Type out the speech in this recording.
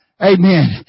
amen